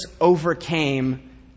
overcame